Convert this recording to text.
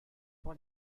pour